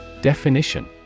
Definition